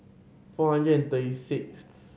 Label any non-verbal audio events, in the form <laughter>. four hundred and thirty <noise> sixth